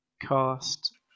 Cast